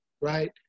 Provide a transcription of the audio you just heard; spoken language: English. right